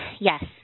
Yes